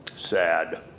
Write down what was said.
Sad